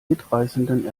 mitreißenden